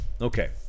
Okay